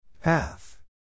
Path